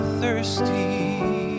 thirsty